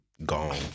Gone